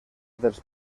dels